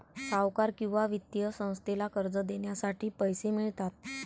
सावकार किंवा वित्तीय संस्थेला कर्ज देण्यासाठी पैसे मिळतात